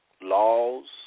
laws